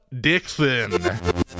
Dixon